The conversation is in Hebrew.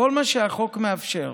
בכל מה שהחוק מאפשר